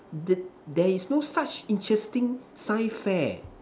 there there is no such interesting science fair